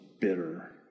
bitter